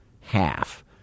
half